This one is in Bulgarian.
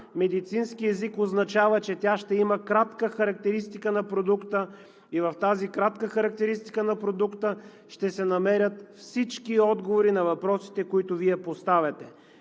медицински език означава, че тя ще има кратка характеристика на продукта. В тази кратка характеристика на продукта ще се намерят всички отговори на въпросите, които Вие поставяте.